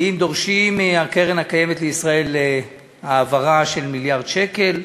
האם דורשים מקרן קיימת לישראל העברה של מיליארד שקל,